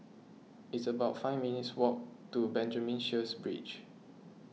it's about five minutes' walk to Benjamin Sheares Bridge